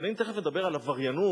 אבל אני תיכף אדבר על עבריינות